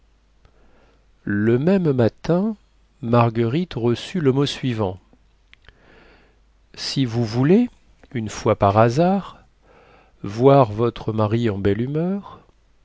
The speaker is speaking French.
le même matin marguerite reçut le mot suivant si vous voulez une fois par hasard voir votre mari en belle humeur